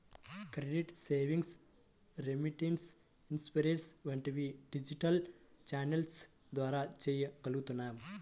credit, savings, remittance, insurance వంటివి digital ఛానెల్ల ద్వారా చెయ్యగలుగుతున్నాం